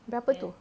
berapa tu